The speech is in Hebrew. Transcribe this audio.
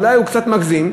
אולי הוא קצת מגזים,